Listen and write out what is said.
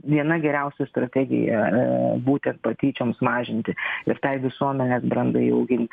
viena geriausia strategija būtent patyčioms mažinti ir tai visuomenės brandai auginti